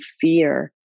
fear